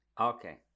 okay